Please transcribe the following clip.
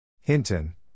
Hinton